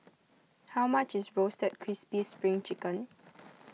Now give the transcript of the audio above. how much is Roasted Crispy Spring Chicken